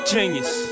Genius